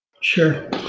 Sure